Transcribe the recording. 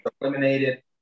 eliminated